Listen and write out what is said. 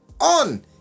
on